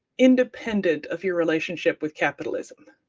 independent of your relationship with capitalism.